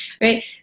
right